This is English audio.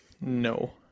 No